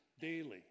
daily